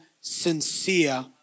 sincere